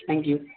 thank you